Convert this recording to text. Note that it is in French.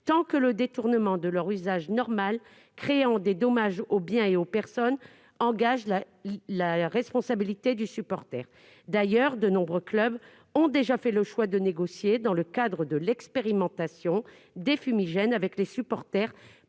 pas détournés de leur usage normal, créant des dommages aux biens et aux personnes qui engagent la responsabilité du supporter. D'ailleurs, de nombreux clubs ont déjà fait le choix de négocier, dans le cadre de l'expérimentation des fumigènes, avec les supporters